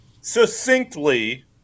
succinctly